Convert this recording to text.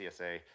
CSA